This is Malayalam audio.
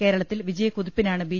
കേരളത്തിൽ വിജയക്കുതിപ്പിനാണ് ബി